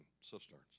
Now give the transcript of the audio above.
cisterns